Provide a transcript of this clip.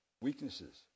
weaknesses